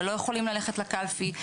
שלא יכולים ללכת לקלפי,